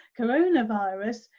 coronavirus